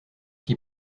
qui